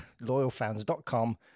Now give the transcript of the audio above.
loyalfans.com